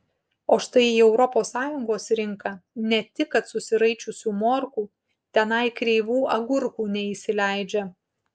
o štai į europos sąjungos rinką ne tik kad susiraičiusių morkų tenai kreivų agurkų neįsileidžia